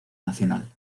nacional